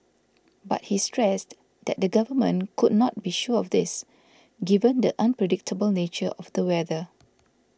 but he stressed that the Government could not be sure of this given the unpredictable nature of the weather